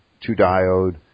two-diode